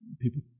people